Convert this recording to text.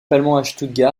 principalement